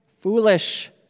foolish